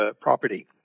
property